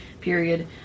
Period